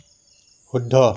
শুদ্ধ